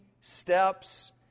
steps